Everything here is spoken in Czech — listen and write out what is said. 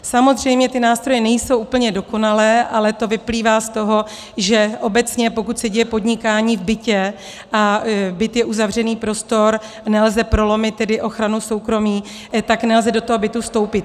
Samozřejmě ty nástroje nejsou úplně dokonalé, ale to vyplývá z toho, že obecně pokud se děje podnikání v bytě a byt je uzavřený prostor, nelze prolomit tedy ochranu soukromí, tak nelze do toho bytu vstoupit.